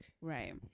right